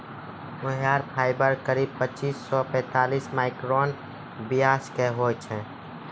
मोहायिर fibre करीब पच्चीस सॅ पैतालिस माइक्रोन व्यास के होय छै